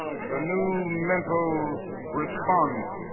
the new mental responses